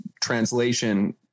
translation